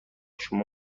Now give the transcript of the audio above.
شما